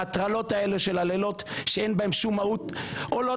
ההטרלות האלה של הלילות שאין בהם מהות עולות